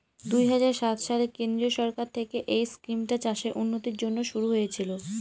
দুই হাজার সাত সালে কেন্দ্রীয় সরকার থেকে এই স্কিমটা চাষের উন্নতির জন্যে শুরু হয়েছিল